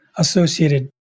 Associated